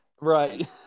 Right